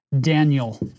Daniel